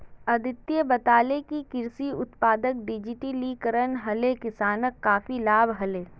अदित्य बताले कि कृषि उत्पादक डिजिटलीकरण हले किसानक काफी लाभ हले